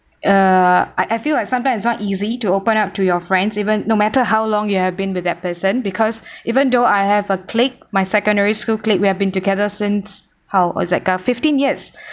err I I feel like sometimes it's not easy to open up to your friends even no matter how long you have been with that person because even though I have a clique my secondary school clique we have been together since how it's like uh fifteen years